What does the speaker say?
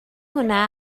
hwnna